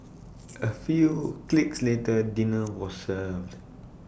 A few clicks later dinner was served